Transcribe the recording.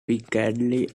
piccadilly